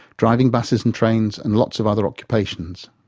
driving buses and trains, and lots of other occupations.